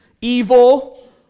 evil